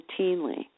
routinely